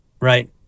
Right